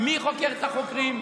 מי חוקר את החוקרים?